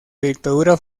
dictadura